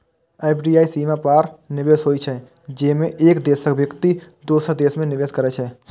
FDI सीमा पार निवेश होइ छै, जेमे एक देशक व्यक्ति दोसर देश मे निवेश करै छै